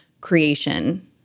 creation